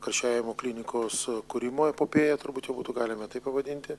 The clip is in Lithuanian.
karščiavimo klinikos kūrimo epopėją turbūt jau būtų galima taip pavadinti